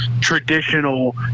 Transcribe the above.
traditional